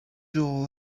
hole